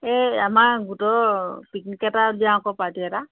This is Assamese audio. এই আমাৰ গোটৰ পিকনিক এটা যাওঁ আকৌ পাৰ্টি এটা